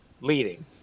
leading